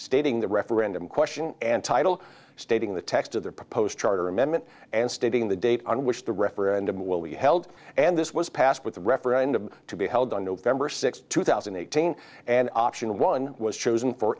stating the referendum question and title stating the text of the proposed charter amendment and stating the date on which the referendum will be held and this was passed with the referendum to be held on november sixth two thousand and eighteen and option one was chosen for